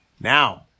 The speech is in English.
Now